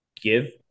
Give